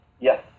Yes